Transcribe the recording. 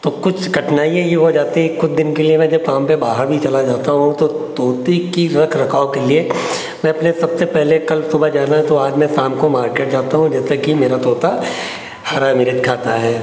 तो कुछ कठिनाइयाँ यह हो जाती हैं कुछ दिन के लिए मैं जब काम पर बाहर भी चला जाता हूँ तो तोते के रखरखाव के लिए मैं अपने सबसे पहले कल सुबह जाना है तो आज मैं शाम को मार्केट जाता हूँ जैसा कि मेरा तोता हरी मिर्च खाता है